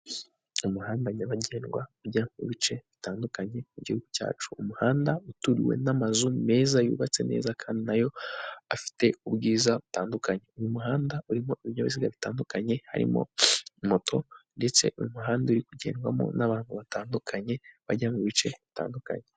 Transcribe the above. Umuhanda nyabagendwa ujya mu bice bitandukanye mu gihugu cyacu. Umuhanda uturiwe n'amazu meza, yubatse neza kandi na yo afite ubwiza butandukanye. Uyu muhanda urimo ibinyabiziga bitandukanye, harimo moto ndetse uyu muhanda uri kugendwamo n'abantu batandukanye, bajya mu bice bitandukanye.